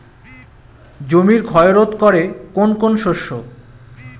জমির ক্ষয় রোধ করে কোন কোন শস্য?